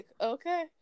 Okay